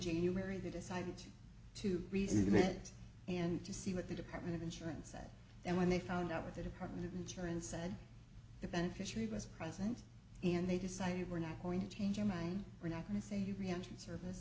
january they decided to resume it and to see what the department of insurance said then when they found out what the department of insurance said the beneficiary was present and they decided we're not going to change your mind we're not going to say you